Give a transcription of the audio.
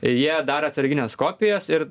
jie daro atsargines kopijas ir